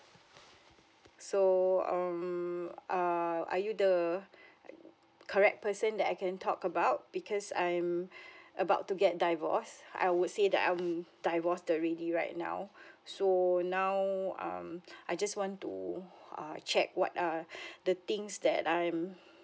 so um err are you the correct person that I can talk about because I'm about to get divorced I would say that I'm divorced already right now so now um I just want to uh I check what are the things that I'm